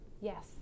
Yes